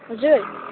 हजुर